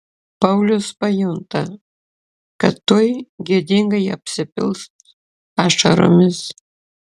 paulius pajunta kad tuoj gėdingai apsipils ašaromis